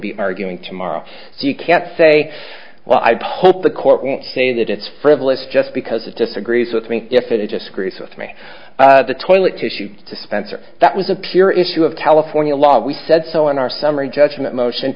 be arguing tomorrow so you can't say well i hope the court won't say that it's frivolous just because it disagrees with me if it just agrees with me the toilet tissue to spencer that was a pure issue of california law we said so in our summary judgment motion